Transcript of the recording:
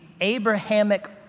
Abrahamic